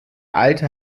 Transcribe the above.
alte